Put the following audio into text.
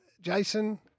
Jason